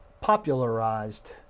popularized